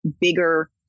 bigger